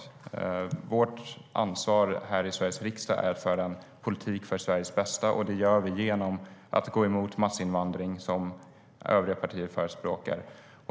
Vårt ansvar här i Sveriges riksdag är att föra en politik för Sveriges bästa, och det gör vi genom att gå emot massinvandring, vilket övriga partier förespråkar.